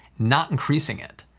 not increasing it.